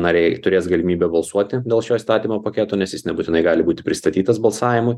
nariai turės galimybę balsuoti dėl šio įstatymo paketo nes jis nebūtinai gali būti pristatytas balsavimui